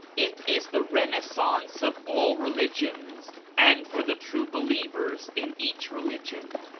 it is the renaissance of all religions, and for the true believers in each religion.